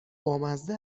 بامزه